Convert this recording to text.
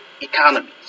economies